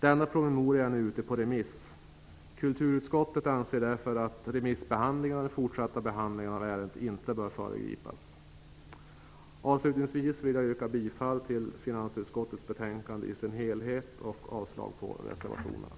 Denna promemoria är nu ute på remiss. Kulturutskottet anser därför att remissbehandlingen och den fortsatta behandlingen av ärendet inte bör föregripas. Avslutningsvis vill jag yrka bifall till finansutskottets hemställan i sin helhet och avslag på reservationerna.